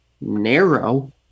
narrow